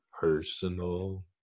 personal